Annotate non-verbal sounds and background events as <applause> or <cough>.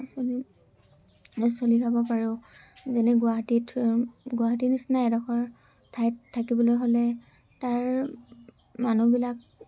<unintelligible> চলি খাব পাৰোঁ যেনে গুৱাহাটীত গুৱাহাটী নিচিনা এডোখৰ ঠাইত থাকিবলৈ হ'লে তাৰ মানুহবিলাক